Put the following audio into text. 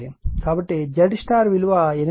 కాబట్టి ZY విలువ 8 j 6 10 ∠36